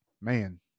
man